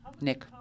Nick